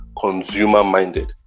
consumer-minded